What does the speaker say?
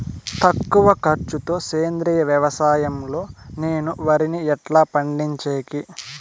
తక్కువ ఖర్చు తో సేంద్రియ వ్యవసాయం లో నేను వరిని ఎట్లా పండించేకి?